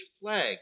flag